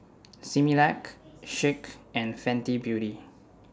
Similac Schick and Fenty Beauty